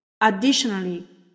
Additionally